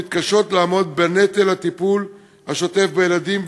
שמתקשות לעמוד בנטל הטיפול השוטף בילדים,